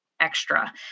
extra